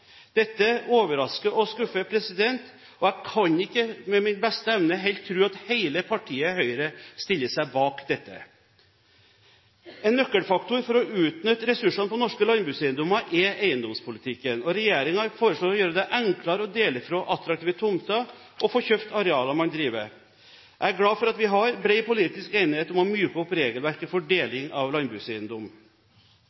Dette overrasker og skuffer. Jeg kan ikke med min beste vilje helt tro at hele partiet Høyre stiller seg bak dette. En nøkkelfaktor for å utnytte ressursene på norske landbrukseiendommer er eiendomspolitikken. Regjeringen foreslår å gjøre det enklere å dele fra attraktive tomter, og å få kjøpt arealer man driver. Jeg er glad for at vi har bred politisk enighet om å myke opp regelverkt for